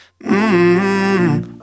Mmm